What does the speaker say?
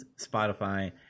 Spotify